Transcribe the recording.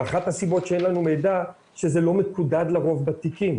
ואחת הסיבות שאין לנו מידע היא שזה לא מקודד לרוב בתיקים.